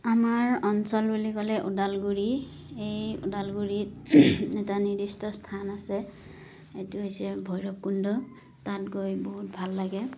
আমাৰ অঞ্চল বুলি ক'লে ওদালগুৰি এই ওদালগুৰিত এটা নিৰ্দিষ্ট স্থান আছে এইটো হৈছে ভৈৰৱকুণ্ড তাত গৈ বহুত ভাল লাগে